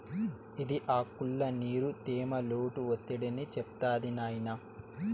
ఇది ఆకుల్ల నీరు, తేమ, లోటు ఒత్తిడిని చెప్తాది నాయినా